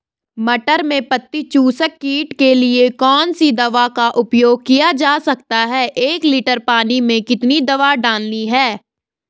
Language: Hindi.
मटर में पत्ती चूसक कीट के लिए कौन सी दवा का उपयोग किया जा सकता है एक लीटर पानी में कितनी दवा डालनी है?